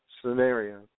scenario